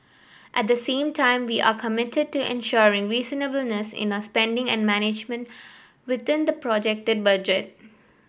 at the same time we are committed to ensuring reasonableness in our spending and management within the projected budget